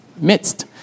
Midst